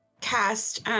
cast